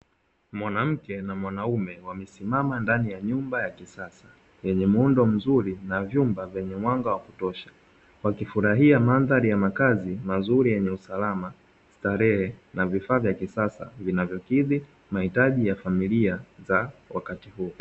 Mwanamke na mwanaume, wamesimama ndani ya nyumba ya kisasa yenye muundo mzuri na vyumba vyenye mwanga wa kutosha. Wakifurahia mandhari ya makazi mazuri yenye usalama, starehe na vifaa vya kisasa vinavyokidhi mahitaji ya familia za wakati huo.